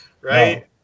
right